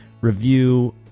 review